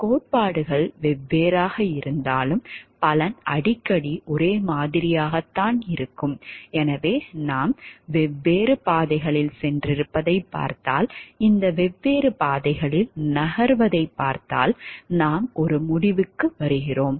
கோட்பாடுகள் வெவ்வேறாக இருந்தாலும் பலன் அடிக்கடி ஒரே மாதிரியாகத்தான் இருக்கும் எனவே நாம் வெவ்வேறு பாதைகளில் சென்றிருப்பதைப் பார்த்தால் இந்த வெவ்வேறு பாதைகளில் நகர்வதைப் பார்த்தால் நாம் ஒரு முடிவுக்கு வருகிறோம்